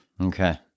Okay